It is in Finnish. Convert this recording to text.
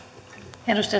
arvoisa